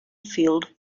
field